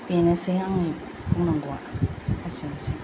बेनोसै आंनि बुंनांगौआ एसेनोसै